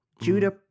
Judah